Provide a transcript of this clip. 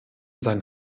sein